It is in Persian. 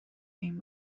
این